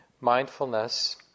mindfulness